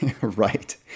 Right